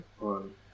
on